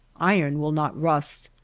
iron will not rust,